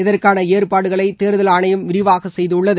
இதற்கான ஏற்பாடுகளை தேர்தல் ஆணையம் விரிவாக செய்துள்ளது